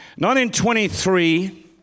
1923